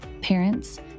Parents